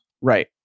right